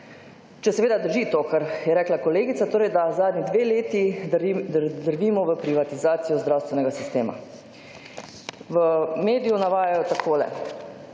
Ali seveda drži to, kar je rekla kolegica, torej, da zadnji dve leti drvimo v privatizacijo zdravstvenega sistema. V mediju navajajo takole: